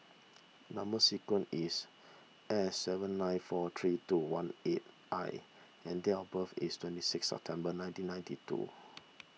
Number Sequence is S seven nine four three two one eight I and date of birth is twenty six September nineteen ninety two